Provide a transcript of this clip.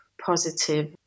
positive